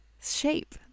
shape